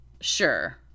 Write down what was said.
Sure